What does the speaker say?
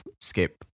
skip